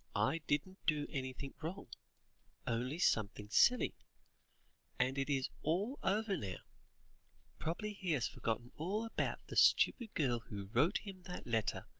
i didn't do anything wrong only something silly and it is all over now. probably he has forgotten all about the stupid girl who wrote him that letter,